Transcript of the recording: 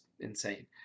insane